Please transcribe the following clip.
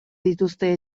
dituzte